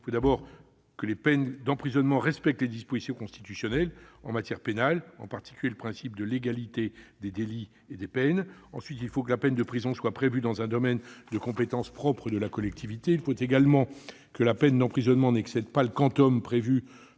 Il faut tout d'abord que les peines d'emprisonnement respectent les dispositions constitutionnelles en matière pénale, en particulier le principe de légalité des délits et des peines. Il faut ensuite que la peine de prison soit prévue dans un domaine de compétences propre de la collectivité. Il faut également que la peine d'emprisonnement n'excède pas le prévu